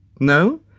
No